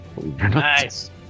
Nice